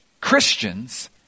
Christians